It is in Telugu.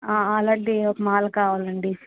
అలాంటి ఒక మాల కావాలండి